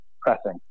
pressing